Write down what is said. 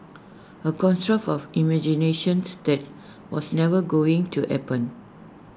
A construct of imaginations that was never going to happen